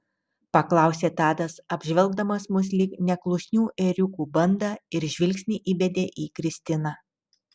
paklausė tadas apžvelgdamas mus lyg neklusnių ėriukų bandą ir žvilgsnį įbedė į kristiną